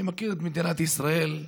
אני מכיר את מדינת ישראל,